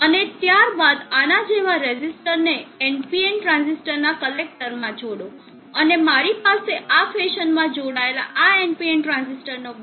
અને ત્યારબાદ આના જેવા રેઝિસ્ટર ને NPN ટ્રાંઝિસ્ટરના કલેક્ટરમાં જોડો અને મારી પાસે આ ફેશનમાં જોડાયેલ આ NPN ટ્રાંઝિસ્ટરનો બેઝ હશે